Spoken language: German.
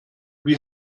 wie